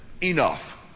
Enough